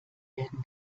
werden